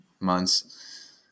months